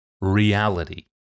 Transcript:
reality